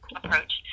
approach